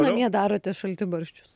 namie darote šaltibarščius